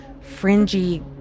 fringy